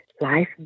life